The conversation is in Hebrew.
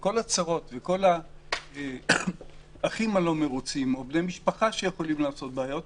את כל הצרות וכל האחים הלא מרוצים או בני משפחה שיכולים לעשות בעיות,